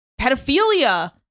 pedophilia